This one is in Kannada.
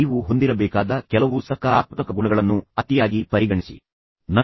ನೀವು ಮಿಸ್ಟರ್ ಎ ಬಳಿ ಹೋಗಿ ನೀವು ಮಿಸ್ಟರ್ ಬಿ ಅವರನ್ನು ಏಕೆ ದ್ವೇಷಿಸುತ್ತೀರಿ